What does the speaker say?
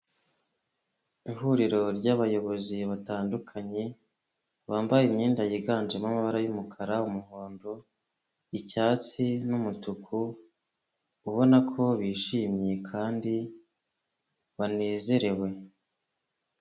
Ihuriro ry'abayobozi batandukanye bambaye imyenda yiganjemo amabara y'umukara, umuhondo, icyatsi n'umutuku ubona ko bishimye kandi banezerewe.